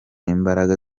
imbaraga